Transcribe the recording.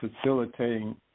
facilitating